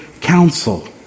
counsel